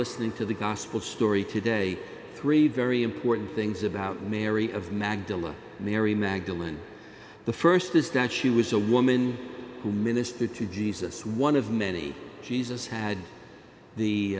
listening to the gospel story today three very important things about mary of magdalen mary magdalen the st is that she was a woman who ministered to jesus one of many jesus had the